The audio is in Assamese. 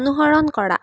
অনুসৰণ কৰা